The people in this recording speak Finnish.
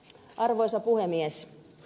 arvoisa puhemies